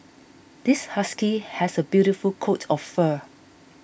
this husky has a beautiful coat of fur